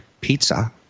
pizza